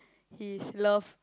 his love